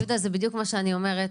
יהודה, זה בדיוק מה שאני אומרת.